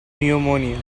pneumonia